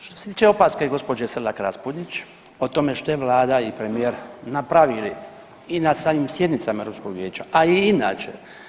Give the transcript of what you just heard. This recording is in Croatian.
Što se tiče opaske gospođe Selak-Raspudić o tome što je Vlada i premijer napravili i na samim sjednicama ruskog vijeća, a i inače.